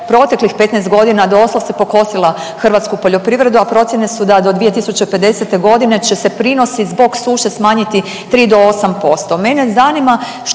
proteklih 15 godina doslovce pokosila hrvatsku poljoprivredu, a procjene su da do 2050. godine će se prinosi zbog suše smanjiti 3 do 8%.